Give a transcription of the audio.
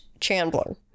Chandler